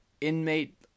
inmate